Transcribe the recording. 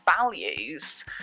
values